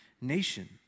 nation